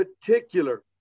particular